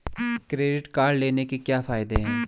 Credit card लेने के क्या फायदे हैं?